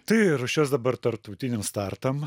tai ruošiuos dabar tarptautiniam startam